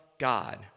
God